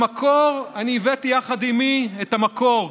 אני הבאתי יחד עימי את המקור,